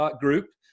group